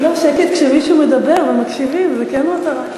לא, שקט כשמישהו מדבר ומקשיבים, זה כן מטרה.